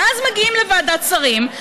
ואז מגיעים לוועדת שרים,